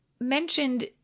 mentioned